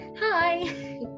hi